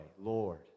Lord